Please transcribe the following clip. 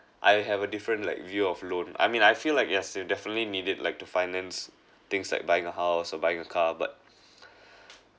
I have a different like view of loan I mean I feel like yes you definitely needed like to finance things like buying a house or buying a car but